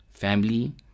family